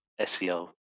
SEO